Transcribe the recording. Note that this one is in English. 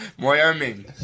Wyoming